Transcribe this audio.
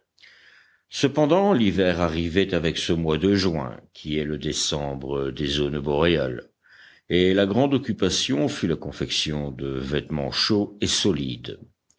cependant l'hiver arrivait avec ce mois de juin qui est le décembre des zones boréales et la grande occupation fut la confection de vêtements chauds et solides